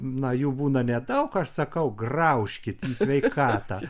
na jų būna nedaug aš sakau graužkit į sveikatą